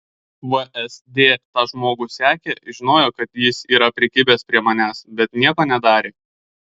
vsd tą žmogų sekė žinojo kad jis yra prikibęs prie manęs bet nieko nedarė